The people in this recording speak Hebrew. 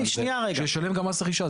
שישלם גם מס רכישה.